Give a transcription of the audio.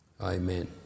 Amen